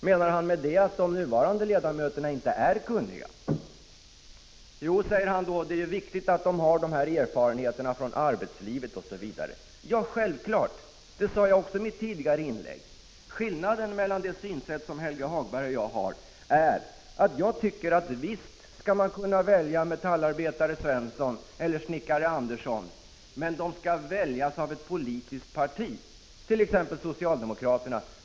Menar han med det att de nuvarande ledamöterna inte är kunniga? Det är viktigt att de har erfarenheter från arbetslivet osv., säger Helge Hagberg. Ja, självfallet. Det sade jag också i mitt tidigare inlägg. Skillnaden mellan det synsätt som Helge Hagberg har och det jag har är att jag tycker att man visst skall kunna välja metallarbetare Svensson eller snickare Andersson, men de skall väljas av ett politiskt parti, t.ex. socialdemokraterna.